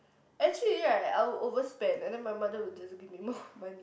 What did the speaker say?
actually right I will overspend and then my mother will just give me more money